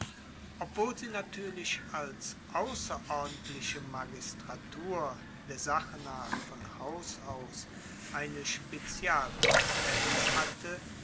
obwohl sie natuerlich als ausserordentliche magistratur der sache nach von haus aus eine spezialkompetenz hatte